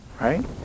Right